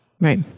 Right